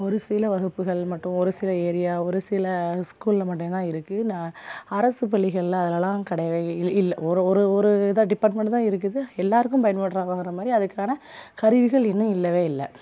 ஒருசில வகுப்புகள் மட்டும் ஒருசில ஏரியா ஒருசில ஸ்கூல்ல மட்டுந்தான் இருக்குது நான் அரசு பள்ளிகள்லாம் அதுலெலாம் கிடையவே இல் இல்லை ஒரு ஒரு ஒரு இதாக டிபார்ட்மெண்ட் தான் இருக்குது எல்லோருக்கும் பயன்படுற படுறா மாதிரி அதுக்கான கருவிகள் இன்னும் இல்லவே இல்லை